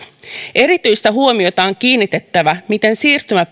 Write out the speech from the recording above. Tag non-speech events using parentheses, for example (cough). erityistä huomiota on kiinnitettävä siihen miten siirtymä (unintelligible)